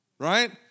Right